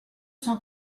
cent